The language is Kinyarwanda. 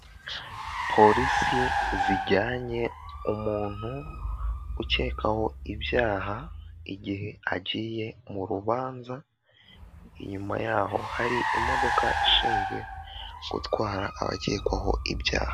Polisi zijyanye umuntu ukekaho ibyaha igihe agiye mu rubanza, inyuma yaho hari imodoka ishinzwe gutwara abakekwaho ibyaha.